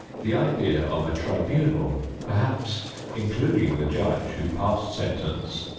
the idea of a tribunal, perhaps including the judge who passed sentence,